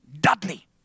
Dudley